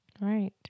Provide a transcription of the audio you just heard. right